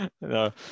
No